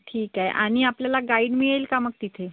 ठीक आहे आणि आपल्याला गाईड मिळेल का मग तिथे